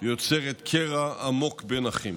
ויוצרת קרע עמוק בין אחים.